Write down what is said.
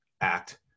Act